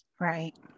Right